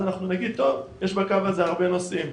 אנחנו נגיד שיש בקו הזה הרבה נוסעים.